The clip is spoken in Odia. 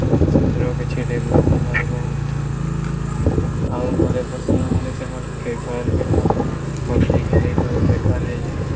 ଶରୀର କିଛି ଡ଼େଭ୍ଲପ୍ କରିବ ମଧ୍ୟ ଆଉ ଘରେ ପସନ୍ଦ ନ ହେଲେ ସେମାନେ ଫ୍ରି ଫାୟାର୍ ପବ୍ଜି ଖେଳି ସବୁ ବେକାର ହେଇଯିବେ